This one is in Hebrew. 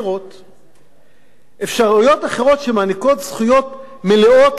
שמעניקות זכויות מלאות למדינת ישראל גם על הארץ הזאת,